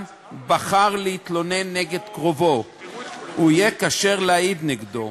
בחר להתלונן נגד קרובו הוא יהיה כשר להעיד נגדו.